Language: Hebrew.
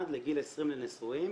מ-21 לגיל 20 לנשואים.